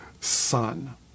son